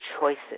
choices